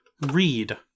Read